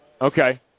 Okay